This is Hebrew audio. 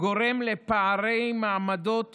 גורם לפערי מעמדות